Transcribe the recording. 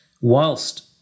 Whilst